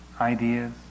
ideas